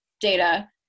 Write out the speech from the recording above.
data